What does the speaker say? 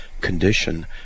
condition